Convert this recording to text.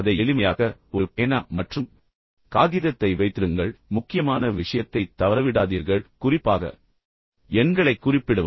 அதை எளிமையாக்க ஒரு பேனா மற்றும் காகிதத்தை வைத்திருங்கள் முக்கியமான விஷயத்தைத் தவறவிடாதீர்கள் குறிப்பாக எண்களைக் குறிப்பிடவும்